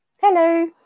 Hello